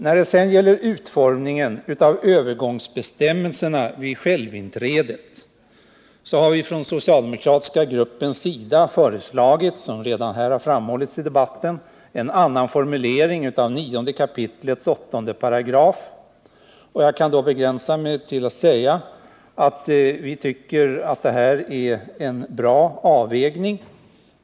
När det sedan gäller utformningen av övergångsbestämmelserna vid självinträdet har vi från den socialdemokratiska gruppens sida föreslagit, som redan framhållits här i debatten, en annan formulering av 9 kap. 8 §. Jag kan begränsa mig till att säga att vi tycker att detta är en bra avvägning.